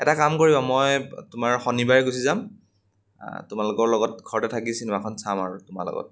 এটা কাম কৰিবা মই তোমাৰ শনিবাৰে গুচি যাম তোমালোকৰ লগত ঘৰতে থাকি চিনেমাখন চাম আৰু তোমাৰ লগত